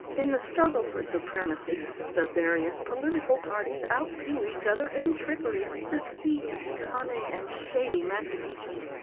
in the struggle for supremacy the various political parties outdo each other in trickery, deceit, cunning, and shady machinations,